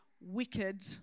wicked